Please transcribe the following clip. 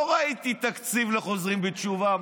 לא ראיתי תקציב לחוזרים בתשובה.